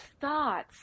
thoughts